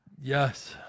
yes